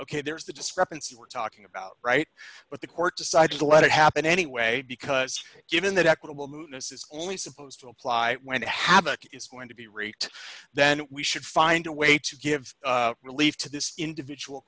ok there's the discrepancy we're talking about right but the court decided to let it happen anyway because given that equitable this is only supposed to apply when the havoc is going to be raked then we should find a way to give relief to this individual